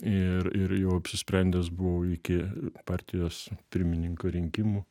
ir ir jau apsisprendęs buvau iki partijos pirmininko rinkimų